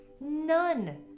none